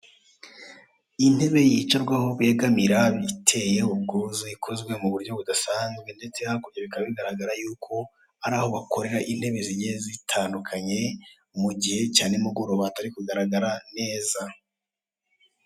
Intebe yicarwaho begamira iteye ubwuzu ikoze mu buryo budasanzwe ndetse hakurya bikaba bigaragara yuko ari aho bakorera intebe zigiye zitandukanye mu igihe cya nimugoroba hatari kugaragara neza.